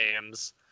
games